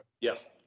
Yes